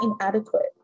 inadequate